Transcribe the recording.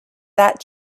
that